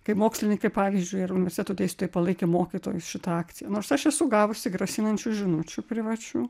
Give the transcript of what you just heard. kai mokslininkai pavyzdžiui ir universiteto dėstytojai palaikė mokytojus šita akcija nors aš esu gavusi grasinančių žinučių privačių